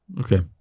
Okay